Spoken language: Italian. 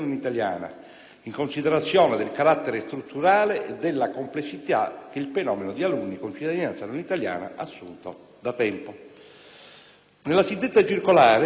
in considerazione del carattere strutturale e della complessità che il fenomeno di alunni con cittadinanza non italiana ha assunto da tempo. Nella suddetta circolare